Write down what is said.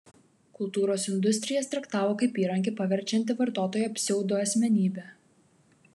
kultūros industrijas traktavo kaip įrankį paverčiantį vartotoją pseudoasmenybe